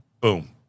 boom